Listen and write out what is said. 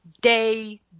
day